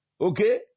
Okay